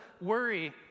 worry